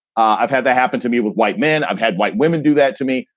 i've had that happen to me with white men. i've had white women do that to me.